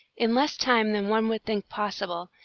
in less time than one would think possible,